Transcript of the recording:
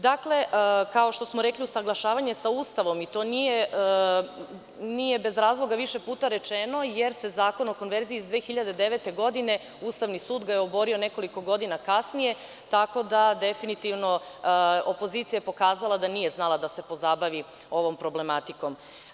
Dakle, kao što smo rekli, usaglašavanje sa Ustavom i to nije bez razloga više puta rečeno jer se Zakon o konverziji iz 2009. godine, Ustavni sud ga je oborio nekoliko godina kasnije, tako da definitivno opozicija je pokazala da nije znala da se pozabavi ovom problematikom.